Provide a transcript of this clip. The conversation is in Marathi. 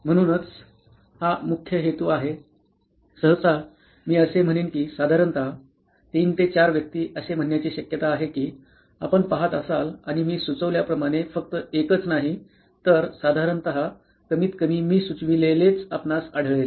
म्हणूनच हा मुख्य हेतू आहे सहसा मी असे म्हणेन की साधारणत 3 ते 4 व्यक्ती असे म्हणण्याची शक्यता आहे की आपण पहात असाल आणि मी सुचवल्याप्रमाणे फक्त एकच नाहीतर साधारणत कमीतकमी मी सुचविलेलेच आपणास आढळेल